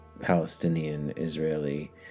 Palestinian-Israeli